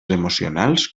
emocionals